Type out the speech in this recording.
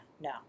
No